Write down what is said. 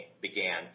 began